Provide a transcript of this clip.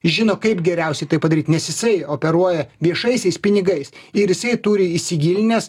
žino kaip geriausiai tai padaryt nes jisai operuoja viešaisiais pinigais ir jisai turi įsigilinęs